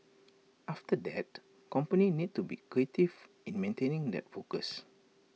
after that companies need to be creative in maintaining that focus